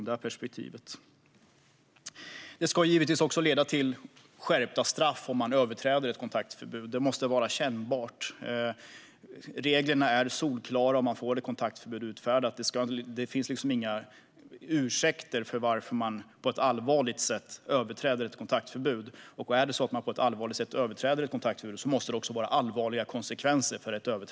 Det ska givetvis leda till skärpta straff om man överträder ett kontaktförbud. Det måste vara kännbart. Reglerna är solklara om man får ett kontaktförbud utfärdat. Det finns inga ursäkter för att man på ett allvarligt sätt överträder ett kontaktförbud. Om man på ett allvarligt sätt överträder ett kontaktförbud måste det också få allvarliga konsekvenser.